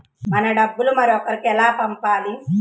మన డబ్బులు వేరొకరికి ఎలా పంపాలి?